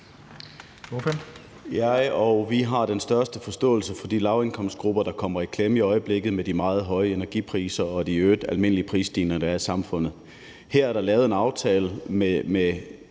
vi har den største forståelse for de lavindkomstgrupper, der kommer i klemme i øjeblikket med de meget høje energipriser og i øvrigt med de almindelige prisstigninger, der er i samfundet. Her er der lavet en aftale med